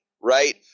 right